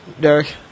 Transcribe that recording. Derek